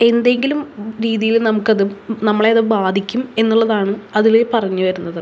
എന്തെങ്കിലും രീതീൽ നമുക്കത് നമ്മളെ അത് ബാധിക്കും എന്നുള്ളതാണ് അതിൽ പറഞ്ഞ് വരുന്നത്